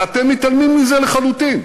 ואתם מתעלמים מזה לחלוטין,